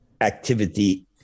activity